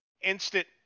Instant